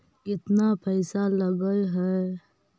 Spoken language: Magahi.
केतना पैसा लगय है?